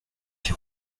qui